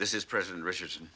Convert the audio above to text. this is president richardson